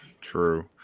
True